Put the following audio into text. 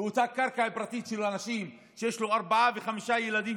ואותה קרקע פרטית של אנשים שיש להם ארבעה וחמישה ילדים,